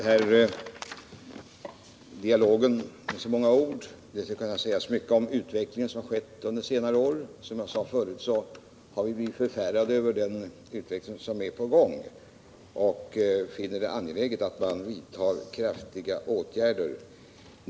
Herr talman! Jag skall inte förlänga dialogen med så många ord, men det skulle kunna sägas mycket om den utveckling som skett under senare år. Som jag sade förut har vi blivit förfärade över den utveckling som är på gång, och vi finner det angeläget att man vidtar kraftiga åtgärder.